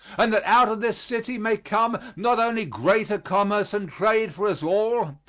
and that out of this city may come not only greater commerce and trade for us all,